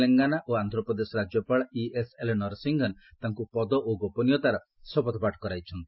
ତେଲଙ୍ଗାନା ଓ ଆନ୍ଧ୍ରପ୍ରଦେଶ ରାଜ୍ୟପାଳ ଇଏସ୍ଏଲ୍ ନରସିଂହନ୍ ତାଙ୍କୁ ପଦ ଓ ଗୋପନୀୟତାର ଶପଥପାଠ କରାଇଛନ୍ତି